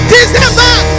December